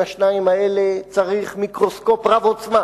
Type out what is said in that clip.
השניים האלה צריך מיקרוסקופ רב-עוצמה,